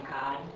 God